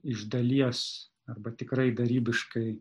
iš dalies arba tikrai darybiškai